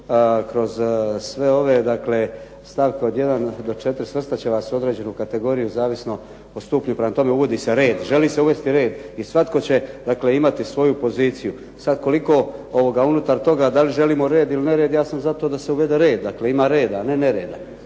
Kroz sve ove dakle stavke od jedan do četiri svrstat će vas u određenu kategoriju zavisno o stupnju. Prema tome, uvodi se red, želi se uvesti red i svatko će dakle imati svoju poziciju. Sad koliko unutar toga, da li želimo red ili nered ja sam za to da se uvede red. Dakle, ima reda a ne nereda